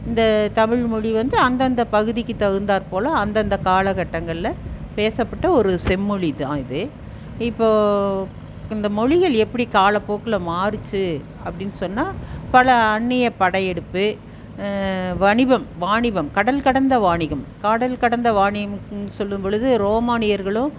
இந்த தமிழ்மொழி வந்து அந்தந்த பகுதிக்கு தகுந்தாற்போல அந்தந்த காலகட்டங்களில் பேசப்பட்ட ஒரு செம்மொழி தான் இது இப்போது இந்த மொழிகள் எப்படி காலப்போக்கில் மாறிச்சு அப்படின் சொன்னால் பல அந்நிய படையெடுப்பு வணிபம் வாணிபம் கடல் கடந்த வாணிகம் கடல் கடந்த வாணிகமும் சொல்லும்பொழுது ரோமானியர்களும்